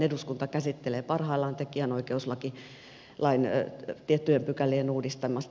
eduskunta käsittelee parhaillaan tekijänoikeuslain tiettyjen pykälien uudistamista